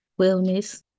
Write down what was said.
wellness